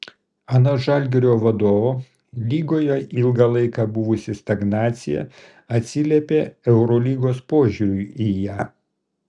anot žalgirio vadovo lygoje ilgą laiką buvusi stagnacija atsiliepė eurolygos požiūriui į ją